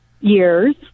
years